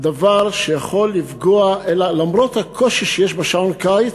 דבר שיכול לפגוע, אלא למרות הקושי שיש בשעון קיץ,